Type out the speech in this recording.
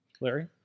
Larry